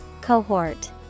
Cohort